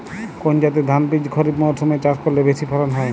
কোন জাতের ধানবীজ খরিপ মরসুম এ চাষ করলে বেশি ফলন হয়?